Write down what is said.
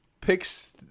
picks